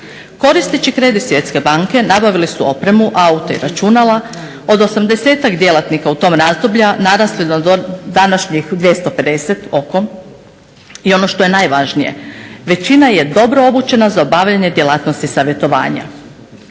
Koristeći kredit Svjetske banke nabavili su opremu, aute i računala, od 80-ak djelatnika u tom razdoblju narasli do današnjih 250 i ono što je najvažnije većina je dobro obučena za obavljanje djelatnosti savjetovanja.